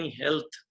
health